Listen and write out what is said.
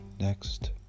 Next